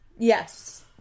Yes